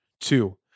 Two